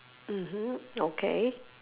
mmhmm okay